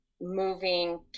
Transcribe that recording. moving